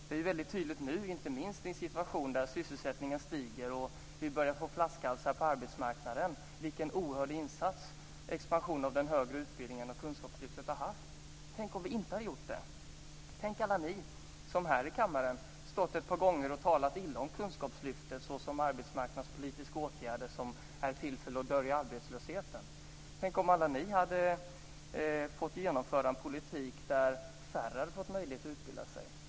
Det är väldigt tydligt nu, inte minst i en situation där sysselsättningen stiger och vi börjar få flaskhalsar på arbetsmarknaden, vilken oerhörd insats som expansionen av den högre utbildningen och kunskapslyftet har varit. Tänk om vi inte hade gjort detta! Tänk om alla ni som här i kammaren stått ett par gånger och talat illa om kunskapslyftet såsom arbetsmarknadspolitiska åtgärder som är till för att dölja arbetslösheten, hade fått genomföra en politik där färre hade fått möjlighet att utbilda sig!